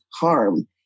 harm